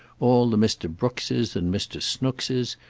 all the mr. brookses and mr. snookses,